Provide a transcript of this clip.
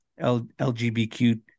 LGBTQ